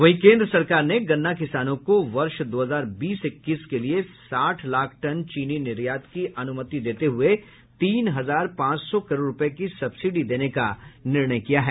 वहीं केंद्र सरकार ने गन्ना किसानों को वर्ष दो हजार बीस इक्कीस के लिए साठ लाख टन चीनी निर्यात की अनुमति देते हुए तीन हजार पांच सौ करोड़ रुपए की सब्सिडी देने का निर्णय किया है